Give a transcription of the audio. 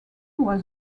was